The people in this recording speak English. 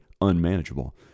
unmanageable